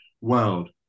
world